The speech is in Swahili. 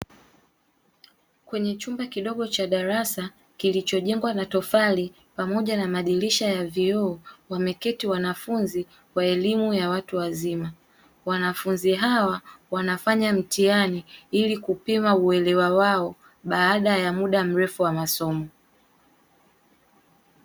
Kwenye chumba kidogo cha darasa kilichojengwa na tofali, pamoja na madirisha ya vioo wameketi wanafunzi wa elimu ya watu wazima. Wanafunzi hawa wanafanya mtihani ili kupima uwelewa wao baada ya muda mrefu wa masomo.